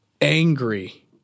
angry